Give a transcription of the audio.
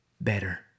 better